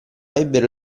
ebbero